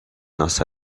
nossa